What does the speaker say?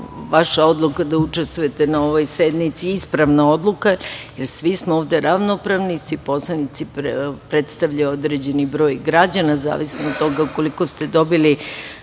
Vaša odluka da učestvujete na ovoj sednici je ispravna odluka, jer svi smo ovde ravnopravni, svi poslanici predstavljaju određeni broj građana, u zavisnosti od toga koliko ste dobili